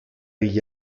gli